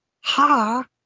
Ha